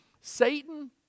Satan